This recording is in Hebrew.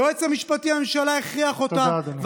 היועץ המשפטי לממשלה הכריח אותה,